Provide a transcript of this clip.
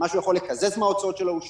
מה שהוא יכול לקזז מההוצאות שלו הוא שונה.